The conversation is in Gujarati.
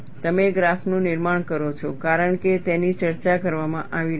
તમે ગ્રાફનું નિર્માણ કરો છો કારણ કે તેની ચર્ચા કરવામાં આવી રહી છે